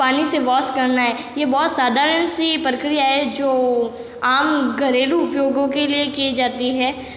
पानी से वाश करना है यह बहुत साधारण सी प्रक्रिया है जो आम घेरेलू उपयोगों के लिए कि जाती है